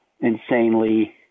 insanely